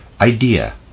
idea